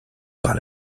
par